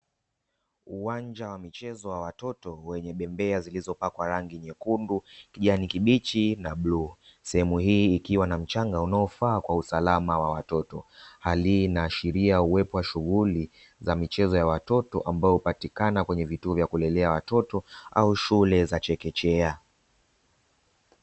Uwanja wa michezo wa watoto wenye bembea zilizopakwa rangi nyekundu, kijani kibichi na bluu, sehemu hii ikiwa na mchanga unaofaa kwa usalama wa watoto. Hali hii inaashiria uwepo wa shughuli za michezo ya watoto ambao hupatikana kwenye vituo vya kulelea watoto au shule za chekechea.